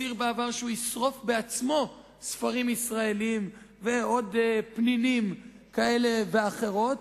שהצהיר בעבר שהוא ישרוף בעצמו ספרים ישראליים ועוד פנינים כאלה ואחרות.